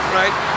right